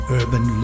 urban